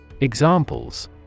Examples